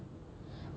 but then certainly